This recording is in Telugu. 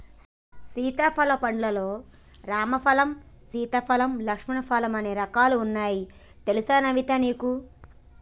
చింతపలక పండ్లు లల్లో రామ ఫలం, సీతా ఫలం, లక్ష్మణ ఫలం అనే రకాలు వున్నాయి తెలుసా వనితా నీకు